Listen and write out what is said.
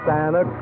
Santa